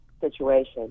situation